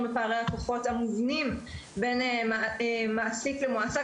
בפערי הכוחות המובנים בין מעסיק למועסק,